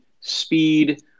speed